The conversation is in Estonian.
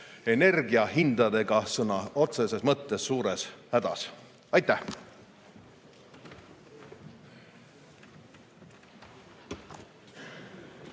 energiahindadega sõna otseses mõttes suures hädas. Aitäh!